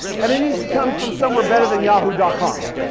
and it needs to come from somewhere better than yahoo and com.